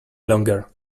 longer